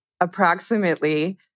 approximately